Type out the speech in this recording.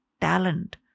talent